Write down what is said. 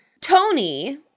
Tony